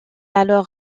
alors